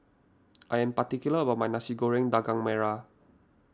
I am particular about my Nasi Goreng Daging Merah